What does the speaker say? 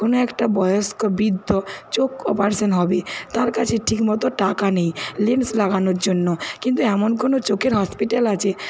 কোনো একটা বয়স্ক বৃদ্ধ চোখ অপারেশান হবে তার কাছে ঠিক মতো টাকা নেই লেন্স লাগানোর জন্য কিন্তু এমন কোনো চোখের হসপিটাল আছে